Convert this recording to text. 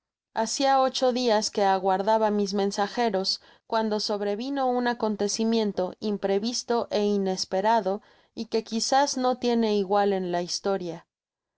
hacia ocho dias que aguardaba mis mensageros cuando sobrevino un acontecimiento imprevisto ó inespe rado y que quizás no tiene igual en la historia